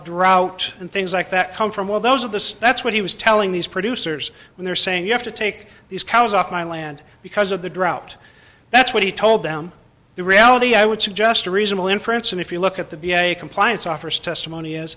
drought and things like that come from well those of the that's what he was telling these producers when they're saying you have to take these cows off my land because of the drought that's what he told them the reality i would suggest a reasonable inference and if you look at the v a compliance office testimony is